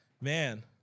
Man